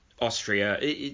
Austria